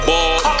Ball